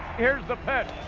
here's the pitch.